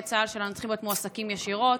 צה"ל שלנו צריכים להיות מועסקים ישירות,